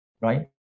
right